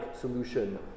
solution